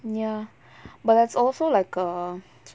ya but that's also like a